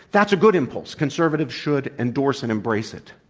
that's a good impulse. conservatives should endorse and embrace it.